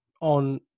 on